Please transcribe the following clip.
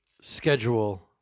schedule